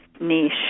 niche